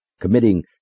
committing